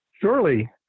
Surely